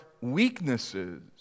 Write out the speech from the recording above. weaknesses